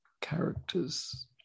characters